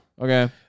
Okay